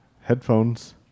Headphones